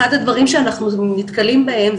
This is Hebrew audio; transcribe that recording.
אחד הדברים שאנחנו נתקלים בהם,